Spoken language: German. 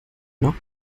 noch